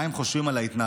מה הם חושבים על ההתנהלות.